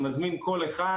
אני מזמין את כל אחד,